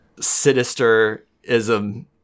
sinisterism